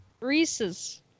Reese's